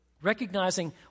recognizing